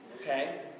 Okay